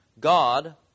God